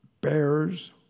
bears